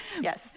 Yes